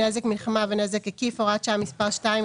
(נזק מלחמה ונזק עקיף) (הוראת שעה מס' 2),